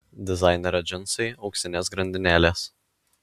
dizainerio džinsai auksinės grandinėlės